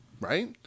right